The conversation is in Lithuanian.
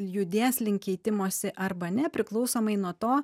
judės link keitimosi arba ne priklausomai nuo to